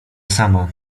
sama